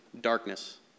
darkness